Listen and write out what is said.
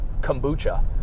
kombucha